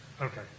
Okay